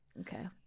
Okay